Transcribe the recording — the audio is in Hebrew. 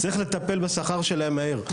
צריך לטפל בשכר שלהן מהר.